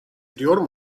ediyor